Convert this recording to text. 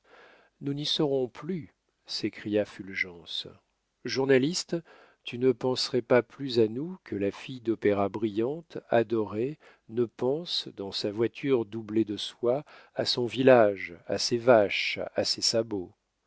nous n'y serons plus s'écria fulgence journaliste tu ne penserais pas plus à nous que la fille d'opéra brillante adorée ne pense dans sa voiture doublée de soie à son village à ses vaches à ses sabots